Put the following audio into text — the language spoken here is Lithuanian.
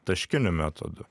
taškiniu metodu